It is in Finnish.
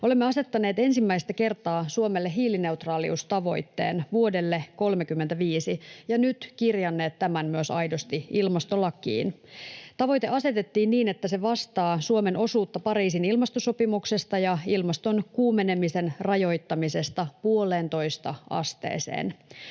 Olemme asettaneet ensimmäistä kertaa Suomelle hiilineutraaliustavoitteen, vuodelle 35, ja nyt kirjanneet tämän myös aidosti ilmastolakiin. Tavoite asetettiin niin, että se vastaa Suomen osuutta Pariisin ilmastosopimuksesta ja ilmaston kuumenemisen rajoittamisesta puoleentoista asteeseen.